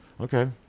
Okay